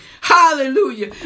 Hallelujah